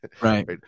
Right